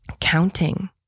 Counting